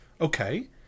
Okay